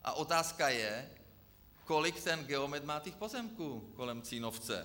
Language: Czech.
A otázka je, kolik ten Geomet má těch pozemků kolem Cínovce.